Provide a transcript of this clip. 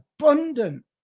abundant